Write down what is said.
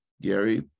Gary